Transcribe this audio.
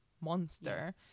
monster